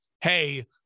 Hey